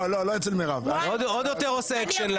עוד יותר עושה אקשן.